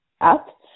up